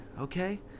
Okay